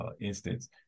instance